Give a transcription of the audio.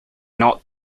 not